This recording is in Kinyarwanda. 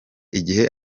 igihe